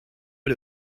but